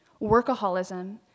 workaholism